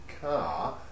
car